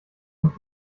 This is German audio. und